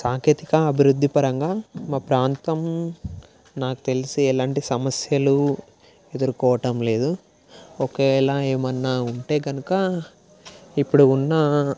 సాంకేతిక అభివృద్ధి పరంగా మా ప్రాంతం నాకు తెలిసి ఎలాంటి సమస్యలు ఎదుర్కోవటం లేదు ఒకవేళ ఏమన్నా ఉంటే కనుక ఇప్పుడు ఉన్న